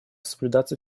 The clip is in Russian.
соблюдаться